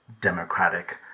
democratic